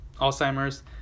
Alzheimer's